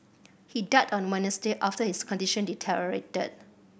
he died on Wednesday after his condition deteriorated